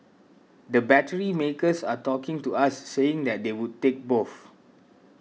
the battery makers are talking to us saying that they would take both